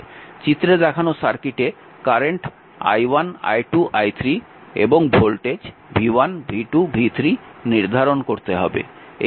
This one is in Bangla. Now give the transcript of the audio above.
চিত্রে দেখানো সার্কিটে কারেন্ট i1 i2 i3 এবং ভোল্টেজ v1 v2 v3 নির্ধারণ করতে হবে